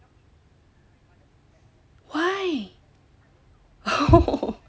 why